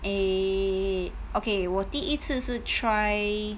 uh okay 我第一次是 try